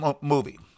movie